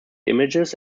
images